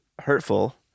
hurtful